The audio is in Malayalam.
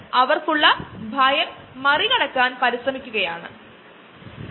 നമുക്ക് ഈ സൈറ്റുകളിൽ കൂടി പോകാം ഇതൊക്കെ സാധാരണയായി കിട്ടുന്ന വീഡിയോകൾ ആണ്